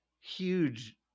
huge